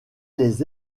les